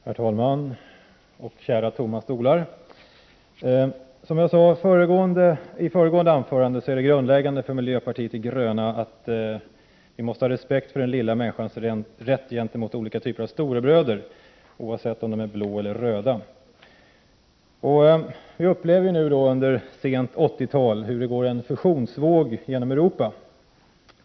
Herr talman! Kära tomma stolar! Som jag sade i föregående anförande är det grundläggande för miljöpartiet de gröna att vi måste ha respekt för den lilla människans rätt gentemot olika typer av storebröder, oavsett om de är blå eller röda. Vi upplever nu under sent 80-tal hur det går en fusionsvåg genom Europa.